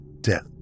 death